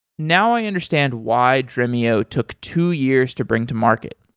now, i understand why dremio took two years to bring to market.